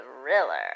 thriller